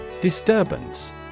Disturbance